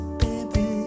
baby